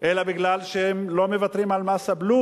אלא כי הם לא מוותרים על הבלו,